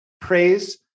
praise